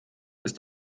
ist